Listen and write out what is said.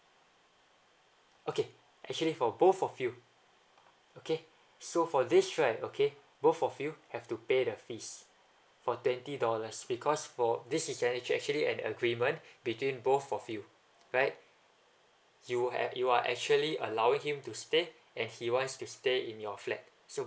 okay actually for both of you okay so for this right okay both of you have to pay the fees for twenty dollars because for this is actually an agreement between both of you right you and you are actually allow him to stay and he wants to stay in your flat so